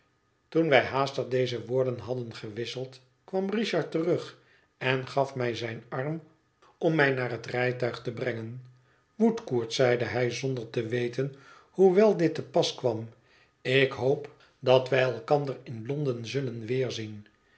toen wij haastig deze woorden hadden gewisseld kwam richard terug en gaf mij zijn arm om mij naar het rijtuig te brengen woodcourt zeide hij zonder te weten hoe wel dit te pas kwam ik hoop dat wij elkander in londen zullen weerzien